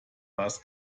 was